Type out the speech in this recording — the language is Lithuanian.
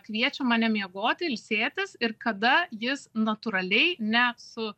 kviečia mane miegoti ilsėtis ir kada jis natūraliai ne su